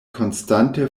konstante